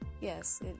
Yes